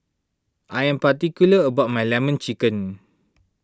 I am particular about my Lemon Chicken